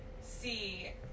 see